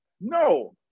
no